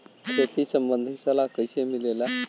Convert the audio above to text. खेती संबंधित सलाह कैसे मिलेला?